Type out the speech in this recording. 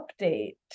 update